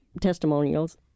testimonials